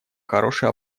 хороший